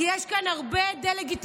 כי יש כאן הרבה דה-לגיטימציה.